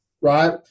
right